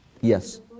Yes